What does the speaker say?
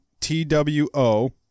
T-W-O